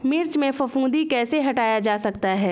मिर्च में फफूंदी कैसे हटाया जा सकता है?